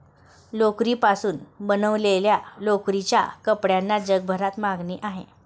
लोकरीपासून बनवलेल्या लोकरीच्या कपड्यांना जगभरात मागणी आहे